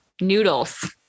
noodles